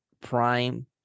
prime